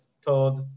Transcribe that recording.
told